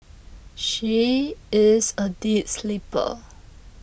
she is a deep sleeper